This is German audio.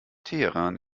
teheran